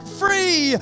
free